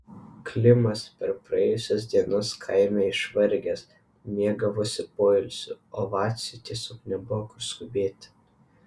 klimas per praėjusias dienas kaime išvargęs mėgavosi poilsiu o vaciui tiesiog nebuvo kur skubėti